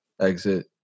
exit